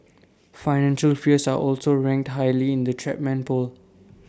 financial fears are also ranked highly in the Chapman poll